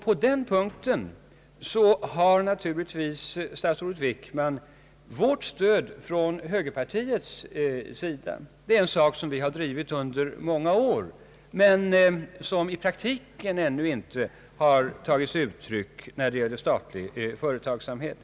På denna punkt har naturligtvis statsrådet Wickman stöd från högerpartiets sida, eftersom detta är en sak som vi arbetat för i många år men som i praktiken ännu inte har förekommit när det gäller statlig företagsamhet.